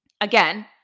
Again